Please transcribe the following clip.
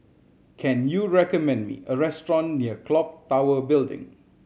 can you recommend me a restaurant near Clock Tower Building